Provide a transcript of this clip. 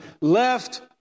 left